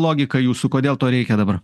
logika jūsų kodėl to reikia dabar